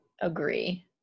agree